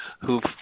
who've